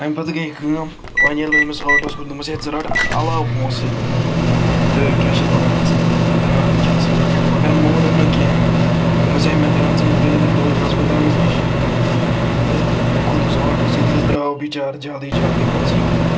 اَمہِ پَتہٕ گٔے کٲم وَنۍ ییٚلہِ بہٕ أمِس آٹوَس کھوت دوٚپمَس ہے ژٕ رَٹہٕ علاوٕ پونٛسہٕ تہٕ کیٛاہ چھِ یَتھ وَنان ژٕوَنہِ دراکھ وٕنکٮ۪نَس رٲتھ کیُتھ گر مونن نہٕ کیٚنٛہہ دوٚپمَس آے مےٚ ترٛاو ژٕ یِتھ کٔنٮ۪تھ ہٮ۪ڈوٲنۍ ہَسپَتالَس نِش تہٕ بہٕ کھوٚتُس آٹوٗ یہِ تہِ حظ دراو بِچار جلدی جلدی منٛزٕے